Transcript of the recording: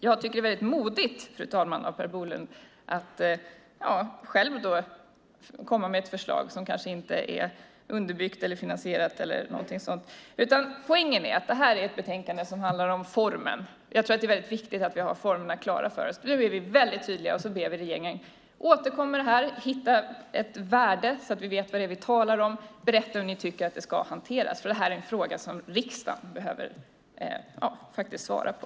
Det är modigt av Per Bolund att komma med ett förslag som kanske inte är underbyggt eller finansierat. Poängen är att detta betänkande handlar om formen. Det är viktigt att vi har formerna klara för oss. Vi är tydliga och ber regeringen återkomma och hitta ett värde så att vi vet vad vi talar om. Berätta hur ni tycker att detta ska hanteras, för det är en fråga som riksdagen behöver svara på.